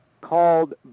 called